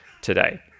today